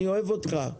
אני אוהב אותך.